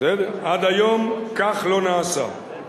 עד היום כך לא נעשה.